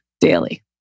daily